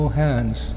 hands